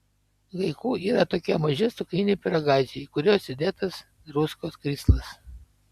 haiku yra tokie maži cukriniai pyragaičiai į kuriuos įdėtas druskos krislas